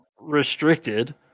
restricted